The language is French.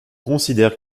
considère